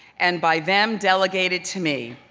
and by them, delegated to me.